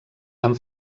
amb